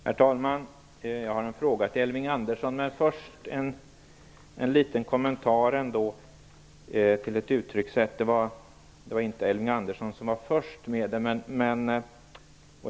Herr talman! Jag har en fråga till Elving Andersson, men först vill jag göra en liten kommentar till ett uttryckssätt, även om det inte var Elving Andersson som använde det först.